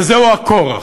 וזהו הכורח.